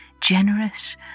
generous